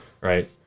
right